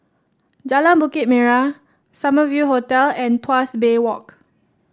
Jalan Bukit Merah Summer View Hotel and Tuas Bay Walk